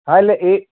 હાં એટલે એ